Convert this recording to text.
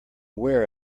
wear